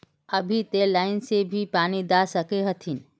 अभी ते लाइन से भी पानी दा सके हथीन?